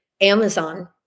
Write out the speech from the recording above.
Amazon